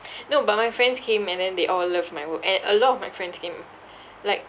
no but my friends came and then they all loved my work and a lot of my friends came like